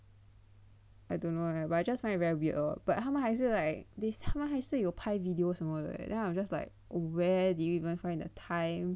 I don't know leh but I just find it very weird lor but 他们还是 like this 他们还是有拍 video 什么的 then I'm just like where did you even find the time